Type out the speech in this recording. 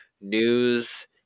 news